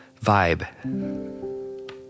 vibe